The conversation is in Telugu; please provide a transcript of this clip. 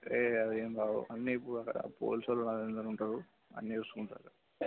ఏ అదేం బాగోదు అన్నీ ఇప్పుడు అక్కడ పోలీస్ వాళ్ళు అందరూ ఉంటారు అన్నీ చూసుకుంటారు